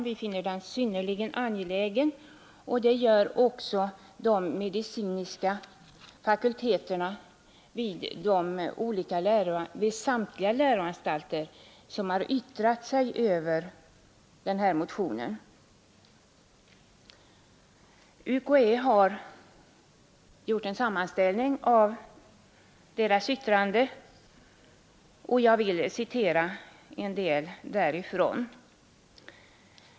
Vi finner den synnerligen angelägen, och det gör också de medicinska fakulteterna vid samtliga läroanstalter som har yttrat sig över motionen. UKÄ har gjort en sammanställning av deras yttranden och jag vill citera en del därifrån.